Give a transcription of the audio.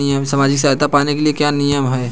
सामाजिक सहायता पाने के लिए क्या नियम हैं?